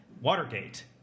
Watergate